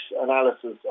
analysis